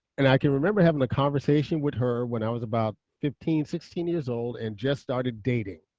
and i can remember having a conversation with her when i was about fifteen, sixteen years old and just started dating.